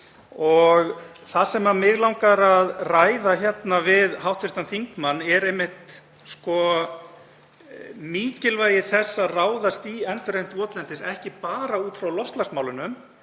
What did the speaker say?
Það sem mig langar að ræða hérna við hv. þingmann er einmitt mikilvægi þess að ráðast í endurheimt votlendis, ekki bara út frá loftslagsmálum